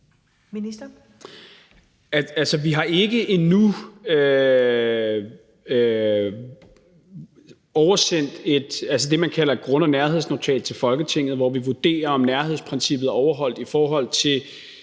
Vi har ikke endnu oversendt det, man kalder et grund- og nærhedsnotat til Folketinget, hvor vi vurderer, om nærhedsprincippet er overholdt i det